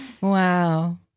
Wow